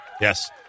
yes